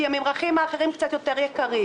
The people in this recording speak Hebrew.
כי הממרחים האחרים קצת יותר יקרים.